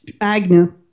Agnew